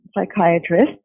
psychiatrist